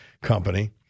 company